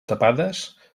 tapades